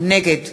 נגד